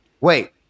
wait